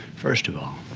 first of all,